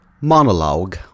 monologue